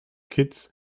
kitts